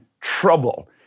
trouble